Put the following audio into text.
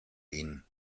ihn